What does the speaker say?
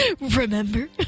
Remember